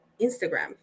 Instagram